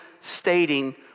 stating